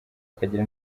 akagira